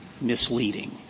misleading